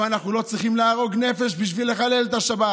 אבל אנחנו לא צריכים להרוג נפש בשביל לחלל את השבת.